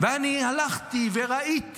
ואני הלכתי וראיתי